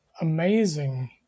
amazing